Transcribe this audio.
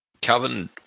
Calvin